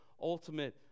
ultimate